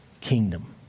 kingdom